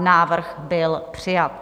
Návrh byl přijat.